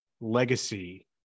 legacy